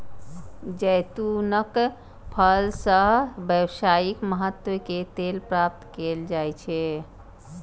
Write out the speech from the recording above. जैतूनक फल सं व्यावसायिक महत्व के तेल प्राप्त कैल जाइ छै